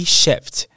shift